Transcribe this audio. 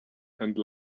and